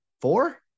four